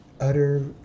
utter